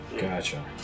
Gotcha